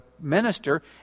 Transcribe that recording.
minister